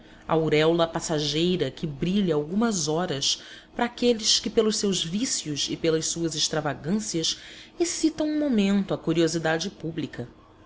auréola passageira que brilha algumas horas para aqueles que pelos seus vícios e pelas suas extravagâncias excitam um momento a curiosidade pública